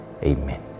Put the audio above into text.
Amen